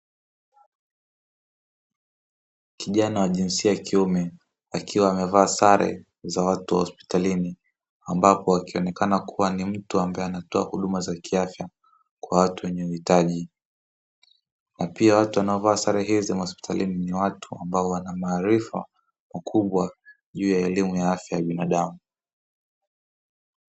Kijana wa jinsia ya kiume akiwa amevaa sare za watu hospitalini ambapo wakionekana kuwa ni mtu ambaye anatoa huduma za kiafya kwa watu wenye uhitaji. Na pia watu wanavaa sare hizi hospitalini ni watu ambao wana maarifa makubwa juu ya elimu ya afya ya binadamu.